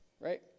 right